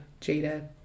Jada